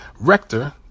Rector